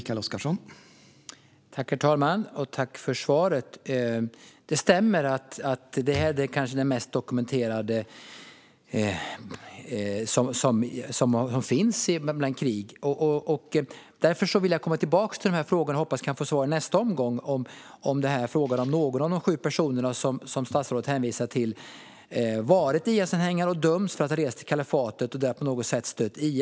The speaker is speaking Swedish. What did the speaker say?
Herr talman! Tack för svaret! Det stämmer att detta krig kanske är det mest dokumenterade. Därför vill jag komma tillbaka till frågorna, och jag hoppas att jag kan få svar i nästa omgång. Har någon av de sju personer som statsrådet hänvisar till varit IS-anhängare och dömts för att ha rest till kalifatet och där på något sätt stött IS?